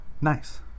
Nice